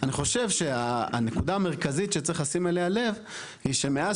אני חושב שהנקודה המרכזית שצריך לשים אליה לב היא שמאז